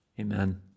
Amen